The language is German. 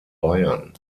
bayern